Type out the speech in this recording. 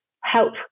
help